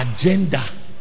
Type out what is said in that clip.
agenda